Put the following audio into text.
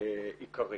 עיקרי